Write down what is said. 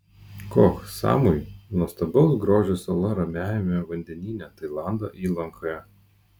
koh samui nuostabaus grožio sala ramiajame vandenyne tailando įlankoje